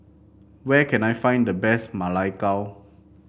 where can I find the best Ma Lai Gao